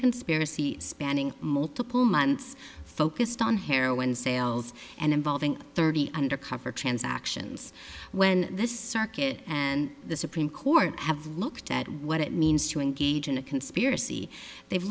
conspiracy spanning multiple months focused on heroin sales and involving thirty undercover transactions when this circuit and the supreme court have looked at what it means to engage in a conspiracy they've